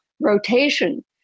rotation